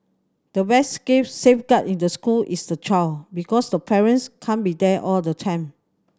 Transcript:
the best safeguard in the school is the child because the parents can't be there all the time